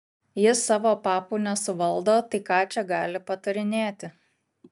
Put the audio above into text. ji savo papų nesuvaldo tai ką čia gali patarinėti